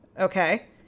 Okay